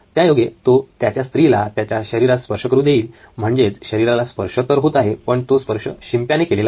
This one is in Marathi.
त्यायोगे तो त्याच्या स्त्रीला त्याच्या शरीरास स्पर्श करू देईल म्हणजेच शरीराला स्पर्श तर होत आहे पण तो स्पर्श शिंप्याने केलेला नाही